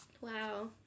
Wow